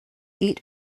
eat